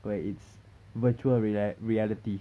where its virtual rea~ reality